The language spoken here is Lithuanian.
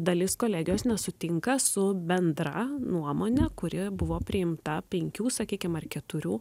dalis kolegijos nesutinka su bendra nuomone kuri buvo priimta penkių sakykim ar keturių